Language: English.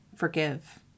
Forgive